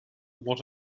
what